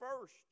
first